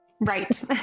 Right